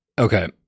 Okay